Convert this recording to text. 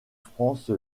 france